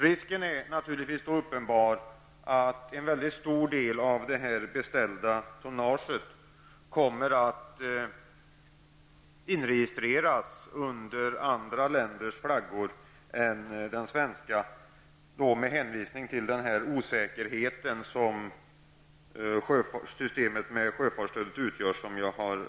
Risken är naturligtvis att en mycket stor del av det beställda tonnaget kommer att inregistreras under främmande länders flagg, beroende på den tidigare nämnda osäkerhet som systemet med sjöfartsstöd innebär.